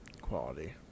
Quality